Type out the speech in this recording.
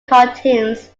cartoons